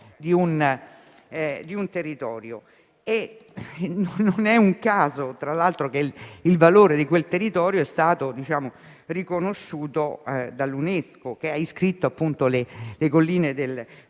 Non è un caso, tra l'altro, che il valore di quel territorio sia stato riconosciuto dall'UNESCO, che ha iscritto le colline del Prosecco